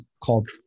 called